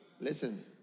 Listen